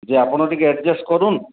ଯେ ଆପଣ ଟିକେ ଆଡ଼ଜେଷ୍ଟ କରୁନ୍